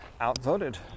outvoted